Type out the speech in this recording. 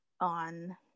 on